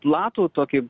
platų tokį